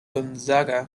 gonzaga